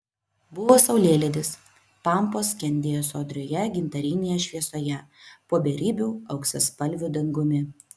buvo saulėlydis pampos skendėjo sodrioje gintarinėje šviesoje po beribiu auksaspalviu dangumi